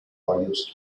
varios